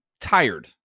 tired